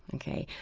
and ok.